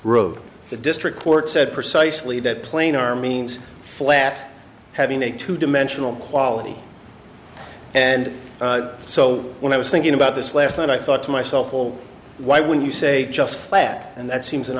wrote the district court said precisely that plain are means flat having a two dimensional quality and so when i was thinking about this last night i thought to myself all why when you say just flat and that seems an